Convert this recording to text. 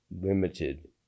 limited